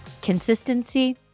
Consistency